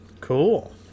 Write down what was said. cool